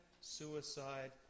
suicide